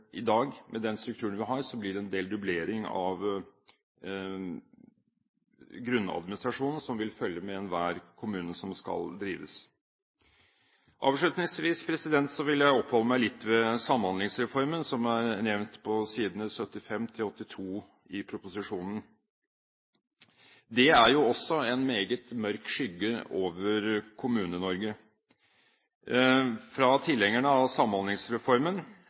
i dag, blir det en del dublering av grunnadministrasjonen som vil følge med enhver kommune som skal drives. Avslutningsvis vil jeg oppholde meg litt ved Samhandlingsreformen, som er nevnt på sidene 75 til 83 i proposisjonen. Det er en meget mørk skygge over Kommune-Norge. Fra tilhengerne av Samhandlingsreformen